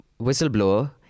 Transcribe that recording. whistleblower